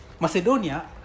Macedonia